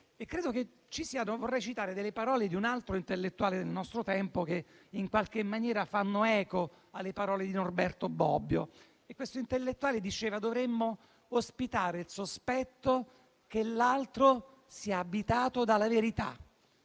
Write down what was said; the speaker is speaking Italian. consapevolezze. Vorrei citare le parole di un altro intellettuale del nostro tempo, che in qualche maniera fanno eco alle parole di Norberto Bobbio. Questo intellettuale diceva: «Dovremmo ospitare il sospetto che l'altro sia abitato dalla verità».